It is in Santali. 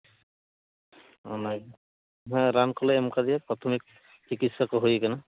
ᱚᱱᱟᱜᱮ ᱦᱮᱸ ᱨᱟᱱ ᱠᱚᱞᱮ ᱮᱢ ᱠᱟᱣᱫᱮᱭᱟ ᱯᱨᱟᱛᱷᱚᱢᱤᱠ ᱪᱤᱠᱤᱛᱥᱟ ᱠᱚ ᱦᱩᱭᱟᱠᱟᱱᱟ